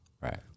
Right